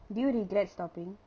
do you regret stopping